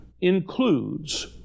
includes